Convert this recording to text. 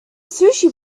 sushi